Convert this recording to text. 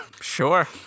Sure